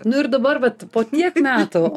nu ir dabar vat po tiek metų